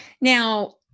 Now